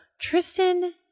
tristan